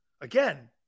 Again